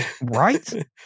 Right